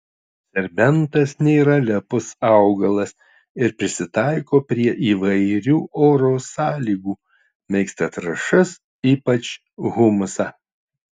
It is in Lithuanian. serbentas nėra lepus augalas ir prisitaiko prie įvairių oro sąlygų mėgsta trąšas ypač humusą